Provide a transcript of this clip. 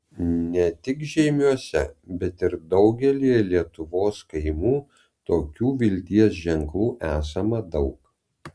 ne tik žeimiuose bet ir daugelyje lietuvos kaimų tokių vilties ženklų esama daug